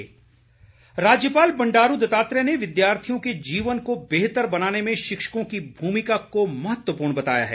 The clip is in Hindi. राज्यपाल राज्यपाल बंडारू दत्तात्रेय ने विद्यार्थियों के जीवन को बेहतर बनाने में शिक्षकों की भूमिका को महत्वपूर्ण बताया है